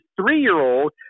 three-year-old